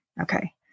okay